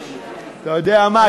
אתה יודע מה?